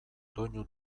doinu